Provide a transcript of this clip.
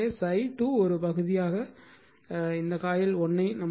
எனவே ∅2 ஒரு பகுதியானது இந்த காயிலை 1 ஐ இணைக்கும்